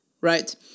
right